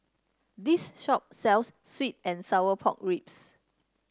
this shop sells sweet and Sour Pork Ribs